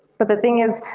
but the thing is,